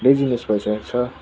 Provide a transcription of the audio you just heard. laziness भइसकेको छ